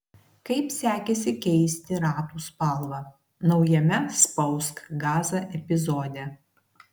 kaip sekėsi keisti ratų spalvą naujame spausk gazą epizode